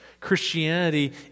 Christianity